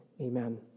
Amen